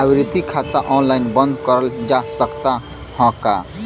आवर्ती खाता ऑनलाइन बन्द करल जा सकत ह का?